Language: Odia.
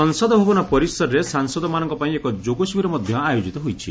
ସଂସଦ ଭବନ ପରିସରରେ ସାଂସଦମାନଙ୍କ ପାଇଁ ଏକ ଯୋଗଶିବିର ମଧ୍ୟ ଆୟୋଜିତ ହୋଇଛି